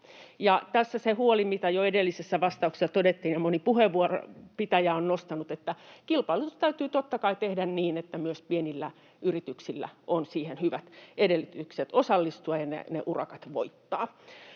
tässä on se huoli, mikä jo edellisessä vastauksessa todettiin ja minkä moni puheenvuoron pitäjä on nostanut esiin, että kilpailutus täytyy totta kai tehdä niin, että myös pienillä yrityksillä on siihen hyvät edellytykset osallistua ja ne urakat voittaa.